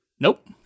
Nope